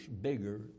bigger